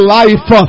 life